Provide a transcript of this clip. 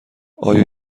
آیا